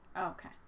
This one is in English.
okay